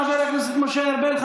חבר הכנסת משה ארבל,